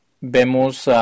vemos